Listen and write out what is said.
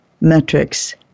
metrics